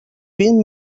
vint